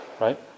right